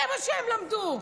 זה מה שהם למדו.